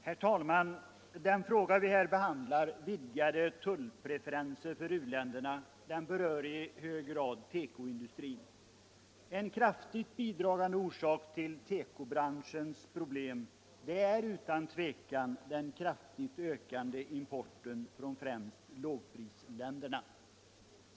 Herr talman! Den fråga vi här behandlar, vidgade tullpreferenser för u-länder, berör i hög grad tekoindustrin. En kraftigt bidragande orsak till tekobranschens problem är utan tvivel den kraftigt ökande importen från främst lågprisländer.